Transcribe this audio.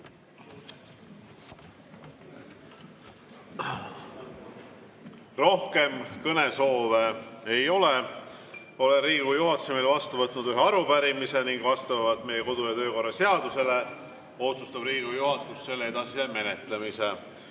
Rohkem kõnesoove ei ole. Olen Riigikogu juhatuse nimel vastu võtnud ühe arupärimise ning vastavalt meie kodu‑ ja töökorra seadusele otsustab Riigikogu juhatus selle edasise menetlemise.